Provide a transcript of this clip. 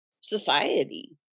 society